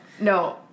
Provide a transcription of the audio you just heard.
no